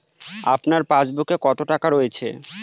আপনার পাসবুকে কত টাকা রয়েছে?